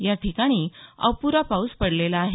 या ठिकाणी अपुरा पाऊस पडलेला आहे